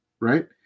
Right